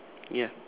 ya